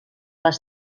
les